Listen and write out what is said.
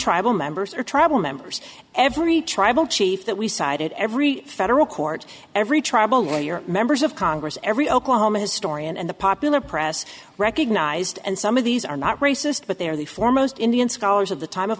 tribal members or tribal members every tribal chief that we cited every federal court every tribal way or members of congress every oklahoma historian and the popular press recognized and some of these are not racist but they are the foremost indian scholars of the time of